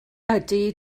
ydy